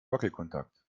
wackelkontakt